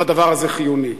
והדבר הזה חיוני.